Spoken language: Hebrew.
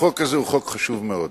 החוק הזה הוא חוק חשוב מאוד,